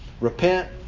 Repent